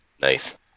nice